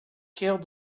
killed